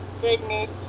goodness